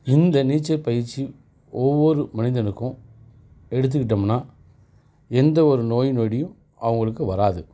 இந்த நீச்சல் பயிற்சி ஒவ்வொரு மனிதனுக்கும் எடுத்துக்கிட்டோம்னா எந்த ஒரு நோய் நொடியும் அவங்களுக்கு வராது